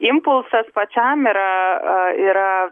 impulsas pačiam yra yra